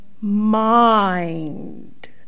mind